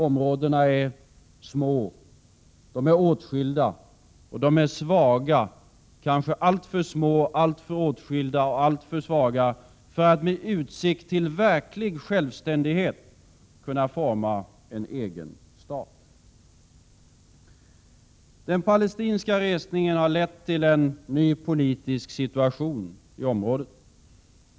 Områdena är små, de är åtskilda och svaga kanske alltför små, alltför åtskilda och alltför svaga för att med utsikt till verklig självständighet kunna forma en egen stat. Den palestinska resningen har lett till en ny politisk situation i området.